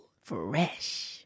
Fresh